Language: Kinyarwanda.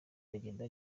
iragenda